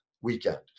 weekend